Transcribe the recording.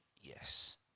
yes